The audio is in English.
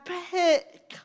pick